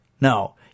No